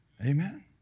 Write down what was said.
Amen